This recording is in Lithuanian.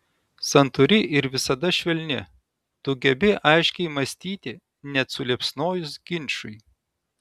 santūri ir visada švelni tu gebi aiškiai mąstyti net suliepsnojus ginčui